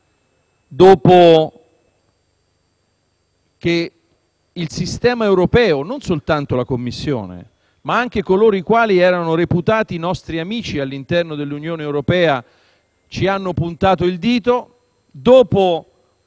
dopo che il sistema europeo - non soltanto la Commissione ma anche quanti erano reputati nostri amici all'interno dell'Unione europea - ci ha puntato il dito